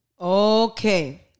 Okay